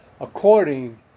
according